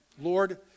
Lord